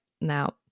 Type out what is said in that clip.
now